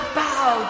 bow